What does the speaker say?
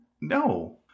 no